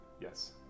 Yes